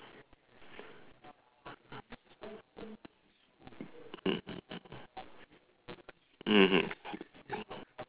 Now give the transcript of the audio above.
mmhmm